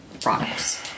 products